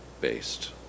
based